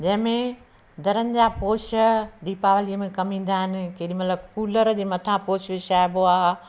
जंहिंमें दरनि जा पोश दीपावलीअ में कमु ईंदा आहिनि केडीमहिल कूलर जे मथां पोश विछाइबो आहे